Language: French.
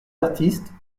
artistes